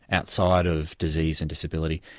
outside of disease and disability,